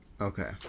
Okay